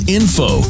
info